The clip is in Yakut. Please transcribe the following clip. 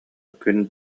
күн